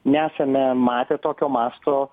nesame matę tokio masto